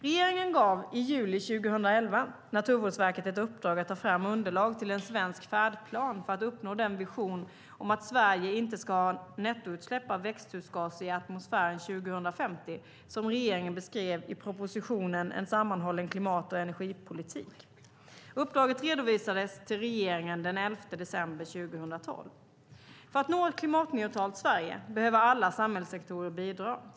Regeringen gav i juli 2011 Naturvårdsverket i uppdrag att ta fram underlag till en svensk färdplan för att uppnå den vision om att Sverige inte ska ha nettoutsläpp av växthusgaser i atmosfären 2050 som regeringen beskrev i proposition 2008/09:162 En sammanhållen klimat och energipolitik - Klimat . Uppdraget redovisades till regeringen den 11 december 2012. För att nå ett klimatneutralt Sverige behöver alla samhällssektorer bidra.